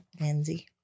Lindsay